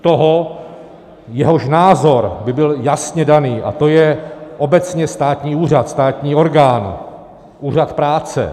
Toho, jehož názor by byl jasně daný, a to je obecně státní úřad, státní orgán, úřad práce.